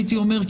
הייתי אומר,